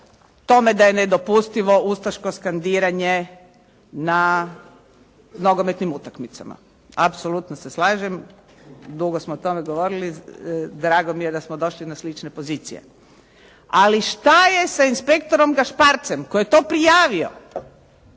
tome da je nedopustivo ustaško skandiranje na nogometnim utakmicama. Apsolutno se slažem, dugo smo o tome govorili, drago mi je da smo došli na slične pozicije. Ali što je sa inspektorom Gašparcem koji je to prijavio,